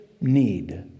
need